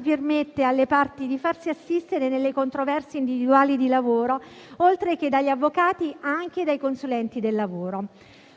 permette alle parti di farsi assistere nelle controversie individuali di lavoro, oltre che dagli avvocati, anche dai consulenti del lavoro.